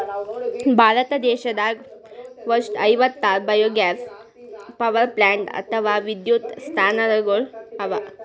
ಭಾರತ ದೇಶದಾಗ್ ವಟ್ಟ್ ಐವತ್ತಾರ್ ಬಯೊಗ್ಯಾಸ್ ಪವರ್ಪ್ಲಾಂಟ್ ಅಥವಾ ವಿದ್ಯುತ್ ಸ್ಥಾವರಗಳ್ ಅವಾ